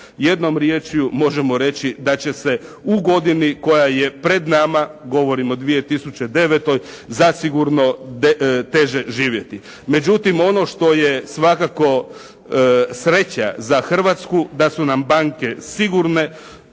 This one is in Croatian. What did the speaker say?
Jednom riječju možemo reći da će se u godini koja je pred nama, govorim o 2009. zasigurno teže živjeti. Međutim ono što je svakako sreća za Hrvatsku da su nam banke sigurne.